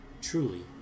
truly